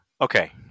Okay